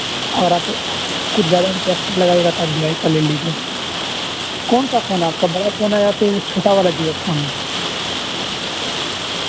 اور آپ کچھ زیادہ انکسٹرا لگائیے گا تب بی آئی کا لے لیجیے کون سا فون آپ کا بڑا فون ہے یا پھر چھوٹا والا جیو فون میں